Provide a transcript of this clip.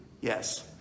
Yes